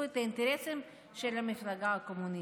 את האינטרסים של המפלגה הקומוניסטית.